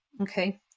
Okay